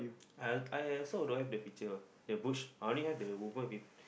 I I also don't have the picture the bush I only have the woman with